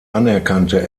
anerkannte